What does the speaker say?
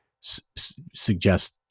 suggest